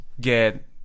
get